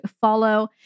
follow